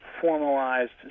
formalized